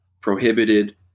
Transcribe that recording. prohibited